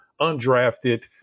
undrafted